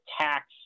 tax